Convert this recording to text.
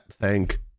thank